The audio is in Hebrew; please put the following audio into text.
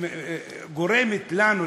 גורמת לנו,